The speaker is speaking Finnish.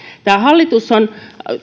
hallitus